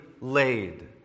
laid